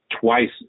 twice